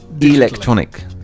Electronic